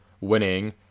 winning